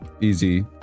Easy